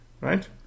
Right